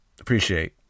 appreciate